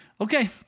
Okay